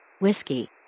Whiskey